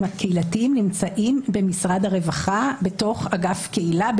הקהילתיים נמצא במשרד הרווחה בתוך אגף קהילה,